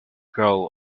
grow